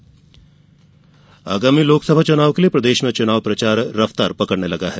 चुनाव प्रचार आगामी लोकसभा चुनाव के लिये प्रदेश में चुनाव प्रचार रफ्तार पकडने लगा है